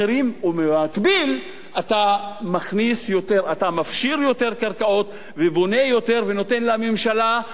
ובמקביל אתה מפשיר יותר קרקעות ובונה יותר ונותן לממשלה לבנות.